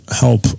help